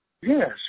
Yes